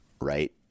right